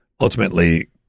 ultimately